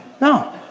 No